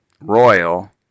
royal